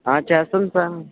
ఆ చేస్తాను సార్